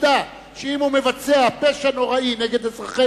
שידע שאם הוא מבצע פשע נוראי נגד אזרחי